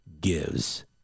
gives